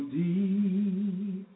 deep